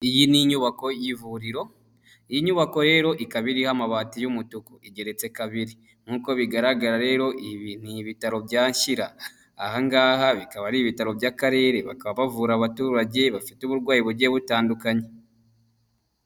Iyi ni inyubako y'ivuriro iyi nyubako rero ikaba iriho amabati y'umutuku igeretse kabiri nk'uko bigaragara rero ibi ni ibitaro bya Shyira ahangaha bikaba ari ibitaro by'Akarere bakaba bavura abaturage bafite uburwayi bugiye butandukanye.